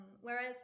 Whereas